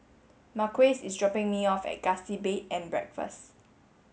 Marques is dropping me off at Gusti Bed and Breakfast